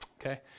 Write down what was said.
Okay